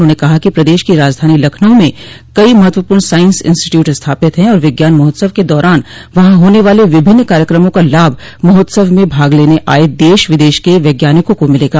उन्होंने कहा कि प्रदेश की राजधानी लखनऊ में कई महत्वपूर्ण साइंस इंस्टीट्यूट स्थापित है और विज्ञान महोत्सव के दौरान वहां होने वाले विभिन्न कार्यकमों का लाभ महोत्सव में भाग लेने आये देश विदेश के वैज्ञानिकों को मिलेगा